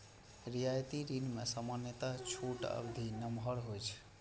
रियायती ऋण मे सामान्यतः छूट अवधि नमहर होइ छै